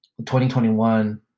2021